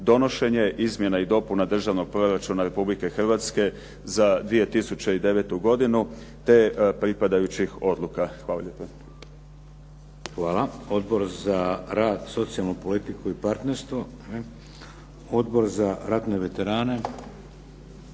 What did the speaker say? donošenje Izmjena i dopuna Državnog proračuna Republike Hrvatske za 2009. godinu te pripadajućih odluka. Hvala